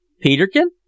Peterkin